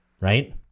right